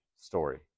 story